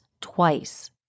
twice